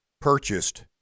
purchased